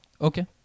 Okay